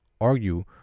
Argue